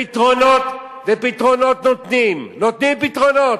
שימשיכו, ופתרונות נותנים, נותנים פתרונות.